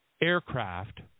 aircraft